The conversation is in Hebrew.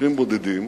מקרים בודדים,